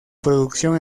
producción